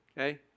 Okay